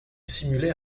simulait